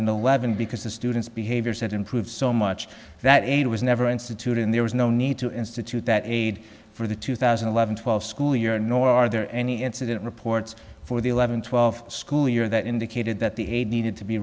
and eleven because the student's behavior said improve so much that aid was never institute and there was no need to institute that aid for the two thousand and eleven twelve school year nor are there any incident reports for the eleven twelve school year that indicated that the eight needed to be